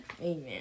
Amen